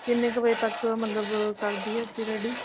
ਕਿੰਨੇ ਕੁ ਵਜੇ ਤੱਕ ਮਤਲਬ ਕਰ ਦੇਈਏ ਅਸੀਂ ਰੈਡੀ